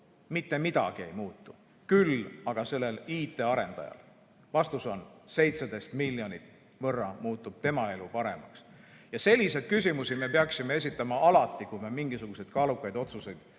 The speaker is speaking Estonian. mitte midagi ei muutu. Küll aga muutub sellel IT‑arendajal, 17 miljoni võrra muutub tema elu paremaks. Selliseid küsimusi me peaksime esitama alati, kui me mingisuguseid kaalukaid otsuseid